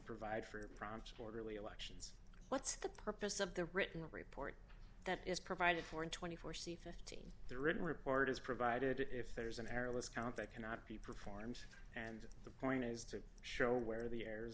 provide for a prompt orderly elections what's the purpose of the written report that is provided for in twenty four c fifteen the written report is provided if there is an airless count that cannot be performed and the point is to show where the